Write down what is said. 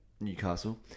Newcastle